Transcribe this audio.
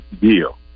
deal